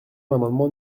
l’amendement